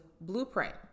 blueprint